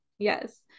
Yes